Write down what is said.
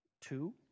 Two